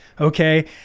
Okay